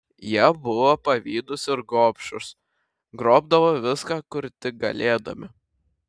jie buvo pavydūs ir gobšūs grobdavo viską kur tik galėdami